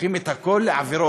והופכים את הכול לעבירות